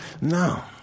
No